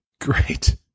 Great